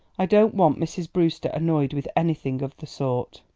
i don't want mrs. brewster annoyed with anything of the sort.